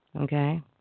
Okay